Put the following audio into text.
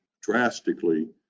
drastically